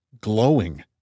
glowing